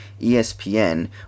ESPN